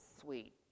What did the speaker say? sweet